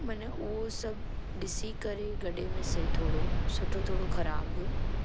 माना उहो सभु ॾिसी करे गॾे मिसे थोरो सुठो थोरो ख़राबु